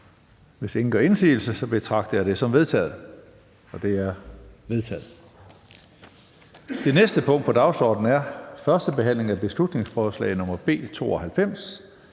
Hvis ingen gør indsigelse, betragter jeg det som vedtaget. Det er vedtaget. --- Det næste punkt på dagsordenen er: 9) 1. behandling af beslutningsforslag nr. B 92: